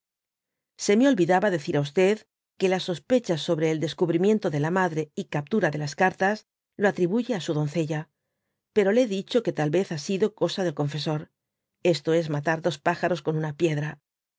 se me olvidaba decir á que las sospechas sobre el descubrimiento de la madre y captura de las cartas lo atribuye á su doncella pero le hé dicho que tal vez ha sido cosa del confesor esto es fliatar dos pájaros con una piedra